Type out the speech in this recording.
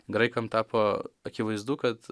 graikam tapo akivaizdu kad